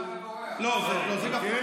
למה אתה בורח?